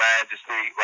Majesty